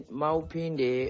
maupinde